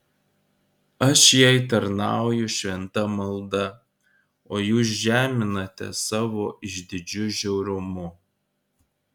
aš jai tarnauju šventa malda o jūs žeminate savo išdidžiu žiaurumu